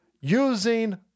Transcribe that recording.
using